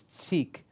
seek